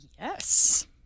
yes